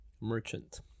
merchant